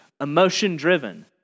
emotion-driven